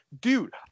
dude